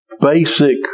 basic